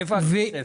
איפה הכסף?